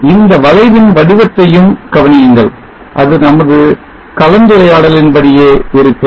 இந்த வளைவின் வடிவத்தையும் கவனியுங்கள் அது நமது கலந்துரையாடலின்படியே இருக்கிறது